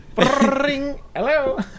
Hello